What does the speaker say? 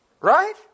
Right